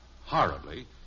horribly